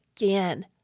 again